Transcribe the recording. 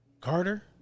Carter